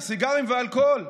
סיגרים ואלכוהול.